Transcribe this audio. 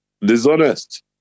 dishonest